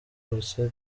bose